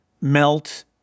melt